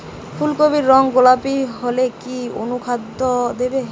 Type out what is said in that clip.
ফুল কপির রং গোলাপী হলে কি অনুখাদ্য দেবো?